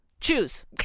Choose